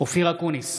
אופיר אקוניס,